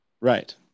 right